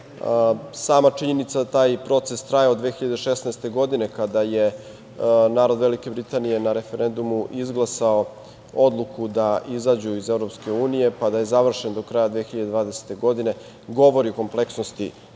Sama činjenica da taj proces traje od 2016. godine kada je narod Velike Britanije na referendumu izglasao odluku da izađu iz EU, pa da je završen do kraja 2020. godine, govori o kompleksnosti